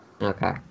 okay